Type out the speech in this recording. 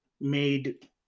made